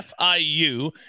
FIU